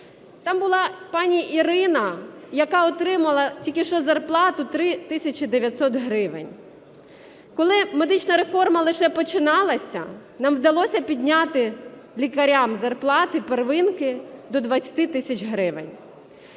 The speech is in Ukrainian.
Там була пані Ірина, яка отримала тільки що зарплату 3 тисячі 900 гривень. Коли медична реформа лише починалася, нам вдалося підняти лікарям зарплати первинки до 20 тисяч гривень.